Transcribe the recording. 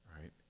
right